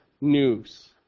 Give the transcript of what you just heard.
news